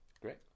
Great